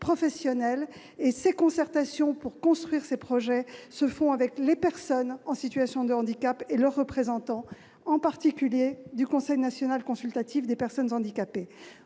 professionnel. Les concertations pour construire ces projets se font avec les personnes en situation de handicap et leurs représentants, en particulier le Conseil national consultatif des personnes handicapées.